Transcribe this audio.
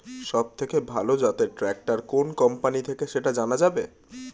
সবথেকে ভালো জাতের ট্রাক্টর কোন কোম্পানি থেকে সেটা জানা যাবে?